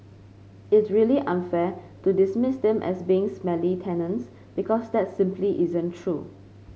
it's really unfair to dismiss them as being smelly tenants because that simply isn't true